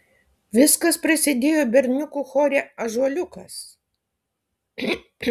viskas prasidėjo berniukų chore ąžuoliukas